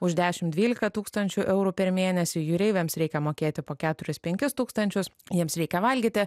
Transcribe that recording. už dešim dvylika tūkstančių eurų per mėnesį jūreiviams reikia mokėti po keturis penkis tūkstančius jiems reikia valgyti